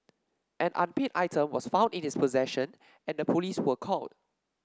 an unpaid item was found in his possession and the police were called